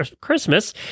Christmas